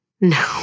No